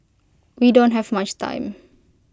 we don't have much time